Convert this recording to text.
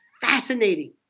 fascinating